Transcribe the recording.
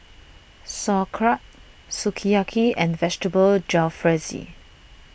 Sauerkraut Sukiyaki and Vegetable Jalfrezi